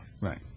Right